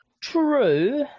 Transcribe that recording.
True